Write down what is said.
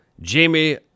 Jamie